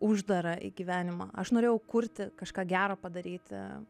uždarą į gyvenimą aš norėjau kurti kažką gero padaryti